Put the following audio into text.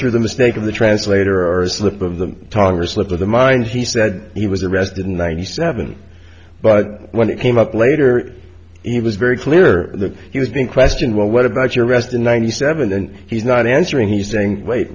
through the mistake of the translator or a slip of the talk or a slip of the mind he said he was arrested in ninety seven but when it came up later eva's very clear that he was being questioned well what about your arrest in ninety seven and he's not answering he's saying wait